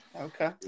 Okay